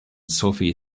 sophie